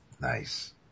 Nice